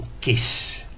Kiss